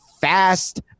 fast